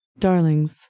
darlings